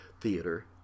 theater